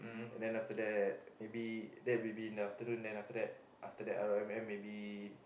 and then after that maybe that will be in the afternoon then after that after that R_O_M_M maybe